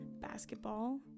basketball